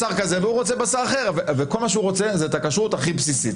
רוצה בשר אחר וכל מה שהוא רוצה זו כשרות בסיסית.